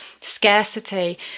scarcity